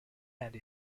and